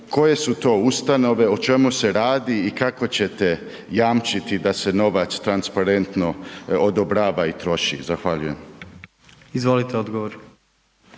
koje su to ustanove, o čemu se radi i kako ćete jamčiti da se novac transparentno odobrava i troši? Zahvaljujem. **Jandroković,